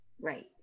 right